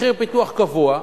מחיר פיתוח קבוע,